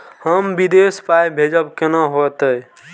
हम विदेश पाय भेजब कैना होते?